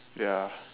ya